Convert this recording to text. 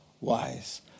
wise